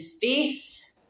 faith